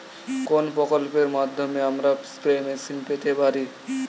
কোন প্রকল্পের মাধ্যমে আমরা স্প্রে মেশিন পেতে পারি?